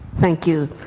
thank you.